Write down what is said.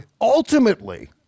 Ultimately